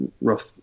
rough